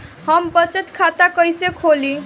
हम बचत खाता कईसे खोली?